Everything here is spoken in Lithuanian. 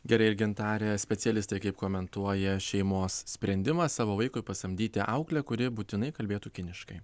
gerai ir gintare specialistai kaip komentuoja šeimos sprendimą savo vaikui pasamdyti auklę kuri būtinai kalbėtų kiniškai